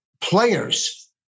players